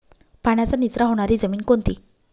पाण्याचा निचरा होणारी जमीन कोणती?